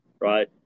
right